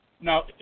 Now